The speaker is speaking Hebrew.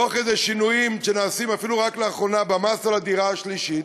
תוך כדי שינויים שנעשים אפילו רק לאחרונה במס על הדירה השלישית.